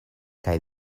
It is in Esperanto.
kaj